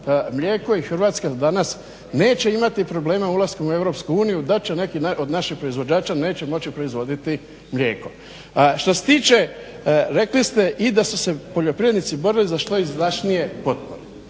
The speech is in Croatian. mlijeko. I Hrvatska danas neće imati problema ulaskom u EU da će neki od naših proizvođača neće moći proizvoditi mlijeko. Što se tiče rekli ste i da su se poljoprivrednici borili za što izdašnije potpore.